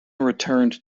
returned